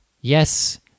yes